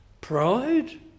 pride